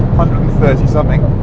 hundred and thirty something.